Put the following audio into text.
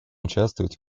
участвовать